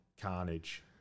carnage